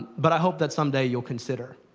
but i hope that, someday, you'll consider.